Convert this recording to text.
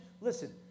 listen